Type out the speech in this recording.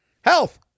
health